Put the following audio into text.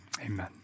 Amen